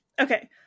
Okay